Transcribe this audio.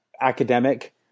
academic